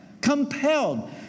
Compelled